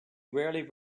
rarely